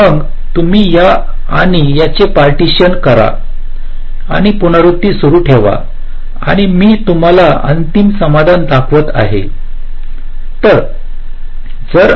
तर मग तुम्ही या आणि याचे पार्टीशन करा आणि पुनरावृत्ती सुरू ठेवा आणि मी तुम्हाला अंतिम समाधान दाखवत आहे